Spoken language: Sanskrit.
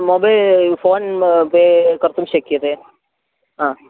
मो बे फ़ोन् पे कर्तुं शक्यते हा